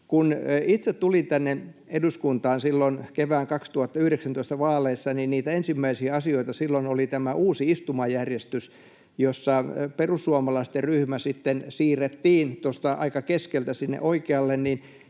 Kun itse tulin tänne eduskuntaan silloin kevään 2019 vaaleissa, niin niitä ensimmäisiä asioita silloin oli tämä uusi istumajärjestys, jossa perussuomalaisten ryhmä siirrettiin tuosta aika keskeltä sinne oikealle.